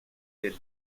del